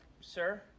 sir